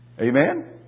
Amen